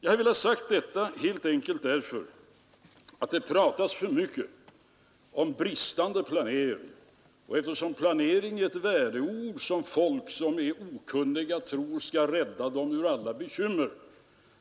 Jag har velat säga detta helt enkelt därför att det pratas för mycket om bristande planering. Eftersom planering är ett värdeord som för okunniga människor betecknar något som skall rädda dem ur alla bekymmer,